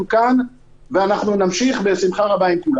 אנחנו כאן ואנחנו נמשיך בשמחה רבה לפעול